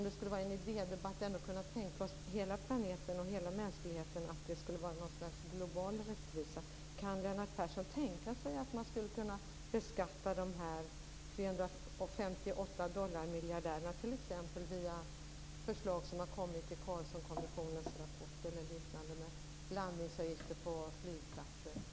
Det hoppas jag att vi alla gör, oavsett om vi är avlönade med ca 30 000 kronor i månaden som jag och Lena Klevenås eller om man har högre eller lägre inkomster. Det är väldigt mycket fråga om en individuell insats i sammanhanget.